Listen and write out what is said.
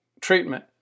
treatment